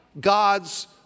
God's